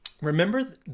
remember